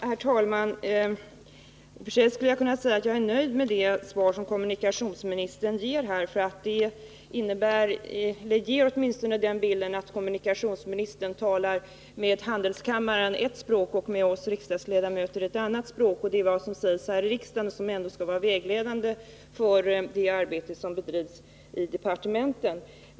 Herr talman! I och för sig skulle jag kunna vara nöjd med det svar som kommunikationsministern nu gav. Det ger åtminstone den bilden att han talar ett språk med handelskammaren och ett annat med oss riksdagsledamöter, och det är ju det som sägs här i riksdagen som skall vara vägledande för det arbete som bedrivs i departementen.